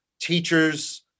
teachers